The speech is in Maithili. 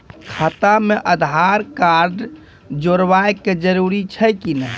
खाता म आधार कार्ड जोड़वा के जरूरी छै कि नैय?